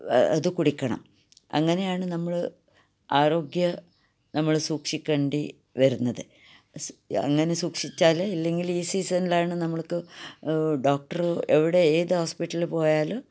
അതു കുടിക്കണം അങ്ങനെയാണ് നമ്മള് ആരോഗ്യം നമ്മള് സൂക്ഷിക്കേണ്ടി വരുന്നത് സ് അങ്ങനെ സൂക്ഷിച്ചാല് ഇല്ലെങ്കിൽ ഈ സീസണിലാണ് നമ്മൾക്ക് ഡോക്ടറ് എവിടെ ഏത് ഹോസ്പിറ്റലിൽ പോയാല്